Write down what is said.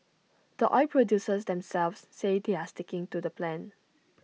the oil producers themselves say they're sticking to the plan